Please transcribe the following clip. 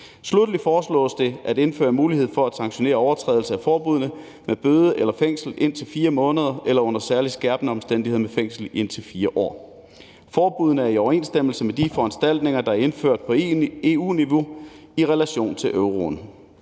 Sluttelig foreslås det at indføre mulighed for at sanktionere overtrædelser af forbuddene med bøde eller fængsel indtil 4 måneder eller under særlig skærpende omstændigheder med fængsel i indtil 4 år. Forbuddene er i overensstemmelse med de foranstaltninger, der er indført på EU-niveau i relation til euroen.